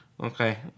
Okay